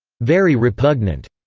very repugnant,